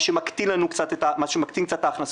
מה שמקטין קצת את ההכנסות.